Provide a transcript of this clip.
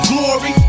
Glory